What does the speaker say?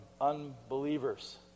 unbelievers